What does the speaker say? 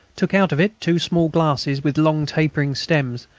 took out of it two small glasses with long tapering stems,